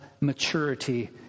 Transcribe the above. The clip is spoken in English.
maturity